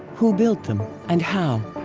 who built them, and how?